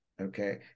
Okay